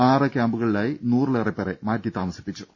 ആറ് ക്യാമ്പുകളിലായി നൂറിലേറെ പേരെ മാറ്റിത്താമസിപ്പിച്ചു